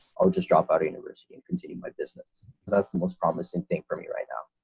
i'll just drop out of university and continue my business because that's the most promising thing for me right now.